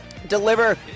deliver